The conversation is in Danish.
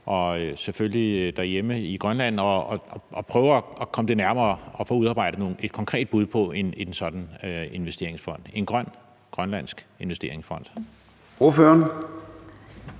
også se på det derhjemme i Grønland og prøve at komme nærmere at få udarbejdet et konkret bud på en sådan investeringsfond – en grøn grønlandsk investeringsfond. Kl.